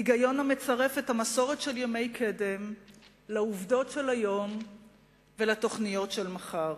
היגיון המצרף את המסורת של ימי קדם לעובדות של היום ולתוכניות של מחר".